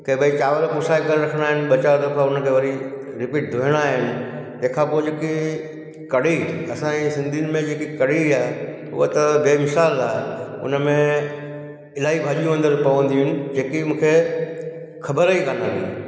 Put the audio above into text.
की भई चांवर पुसाए करे रखिणा आहिनि ॿ चारि दफ़ा हुनखे वरी रिपीट धोइणा आहिनि तंहिं खां पोइ हुनखे कढ़ी असांजे सिंधियुनि में जेकी कढ़ी आहे उहा त बेमिसाल आहे हुन में इलाही भाॼियूं अंदरि पवंदियूं आहिनि जेकी मूंखे ख़बर ई कान्हे